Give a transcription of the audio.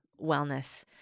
wellness